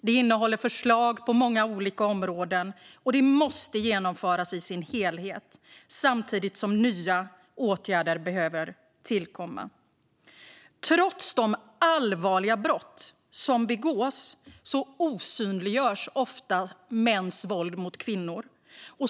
Det innehåller förslag på många olika områden, och det måste genomföras i sin helhet samtidigt som nya åtgärder behöver tillkomma. Trots de allvarliga brott som begås osynliggörs ofta mäns våld mot kvinnor.